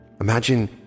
Imagine